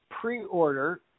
pre-order